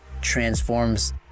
transforms